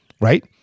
right